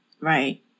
Right